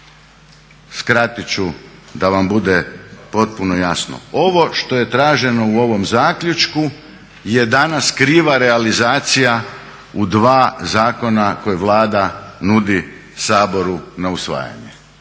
Skratit ću da vam bude potpuno jasno. Ovo što je traženo u ovom zaključku je danas kriva realizacija u dva zakona koje Vlada nudi Saboru na usvajanje.